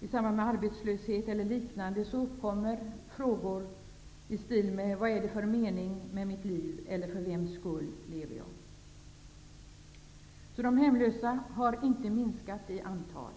i samband med arbetslöshet eller liknande, uppkommer frågor i stil med: Vad är det för mening med mitt liv? För vems skull lever jag? De hemlösa har alltså inte minskat i antal.